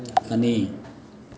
ꯑꯅꯤ